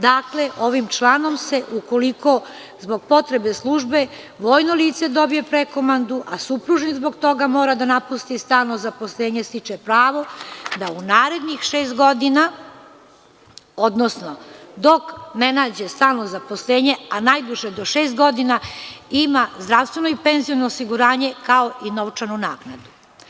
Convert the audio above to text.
Dakle, ovim članom se, ukoliko zbog potrebe službe, vojno lice dobije prekomandu, a supružnik zbog toga mora da napusti stalno zaposlenje, stiče pravo da u narednih šest godina, odnosno dok ne nađe stalno zaposlenje, a najduže do šest godina, ima zdravstveno i penziono osiguranje kao i novčanu naknadu.